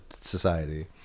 society